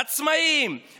עצמאים,